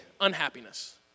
unhappiness